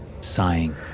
Sighing